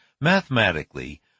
Mathematically